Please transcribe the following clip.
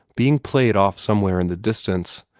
being played off somewhere in the distance,